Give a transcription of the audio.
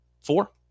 Four